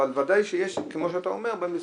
ודאי שיש, כמו שאתה אומר, במשרות.